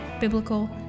biblical